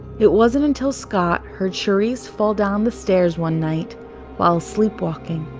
it wasn't until scott heard charisse fall down the stairs one night while sleep walking,